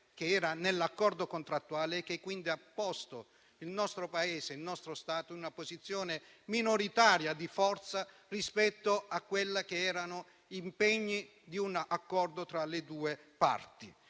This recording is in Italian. che era nell'accordo contrattuale e che ha posto il nostro Paese, il nostro Stato, in una posizione minoritaria di forza rispetto agli impegni che erano contenuti nell'accordo tra le due parti.